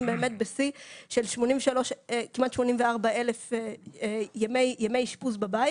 באמת בשיא של כמעט 84,000 ימי אשפוז בבית.